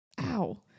ow